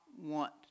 want